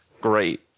great